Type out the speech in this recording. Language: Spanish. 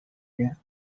bahía